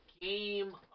game